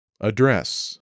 Address